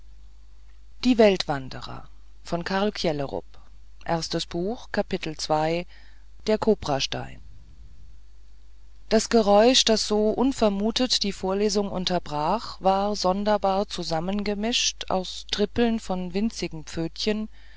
der kobrastein das geräusch das so unvermutet die vorlesung unterbrach war sonderbar zusammengemischt aus trippeln von winzigen pfötchen